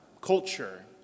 culture